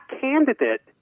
candidate